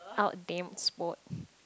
out damn sport